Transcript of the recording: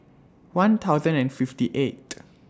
one thousand and fifty eight